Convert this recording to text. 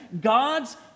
God's